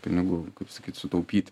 pinigų kaip sakyt sutaupyt